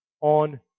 on